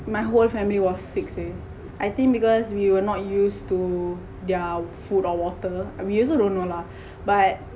my whole family was sick seh I think because we were not used to their food or water I also don't now lah but